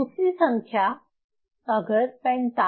दूसरी संख्या अगर 45325 है